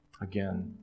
Again